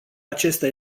acesta